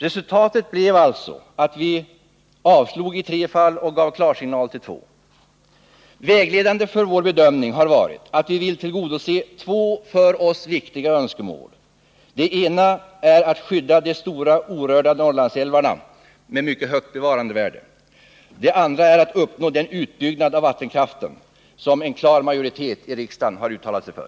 Resultatet blev alltså att vi avslog i tre fall och gav klarsignal i två. Vägledande för vår bedömning har varit att vi vill tillgodose två för oss viktiga önskemål. Det ena är att skydda de stora orörda Norrlandsälvarna med mycket högt bevarandevärde. Det andra är att uppnå den utbyggnad av vattenkraften som en klar majoritet i riksdagen har uttalat sig för.